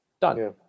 Done